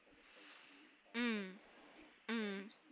mm mm